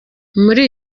muri